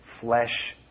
flesh